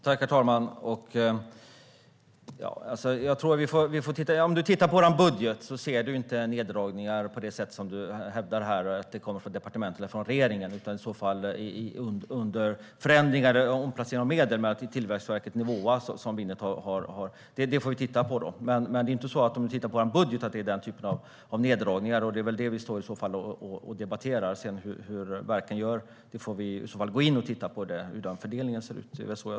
Herr talman! Om du tittar på vår budget, Penilla Gunther, ser du inte neddragningar på det sätt som du hävdar här: att det kommer från departementen eller från regeringen. Det är i så fall under förändringar och omplacering av medel i fråga om Tillväxtverket. Det får vi då titta på. Men om du tittar på vår budget ser du inte den typen av neddragningar. Det är väl det vi står och debatterar. När det gäller hur verken gör får vi i så fall gå in och titta på hur fördelningen ser ut.